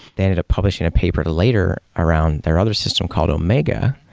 they ended up publishing a paper later around their other system called omega,